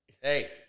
Hey